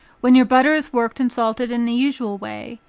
when your butter is worked and salted in the usual way,